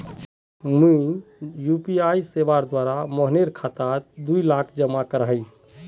मी यु.पी.आई सेवार द्वारा मोहनेर खातात दी लाख जमा करयाही